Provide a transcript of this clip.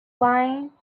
wine